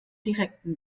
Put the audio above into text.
direkten